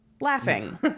Laughing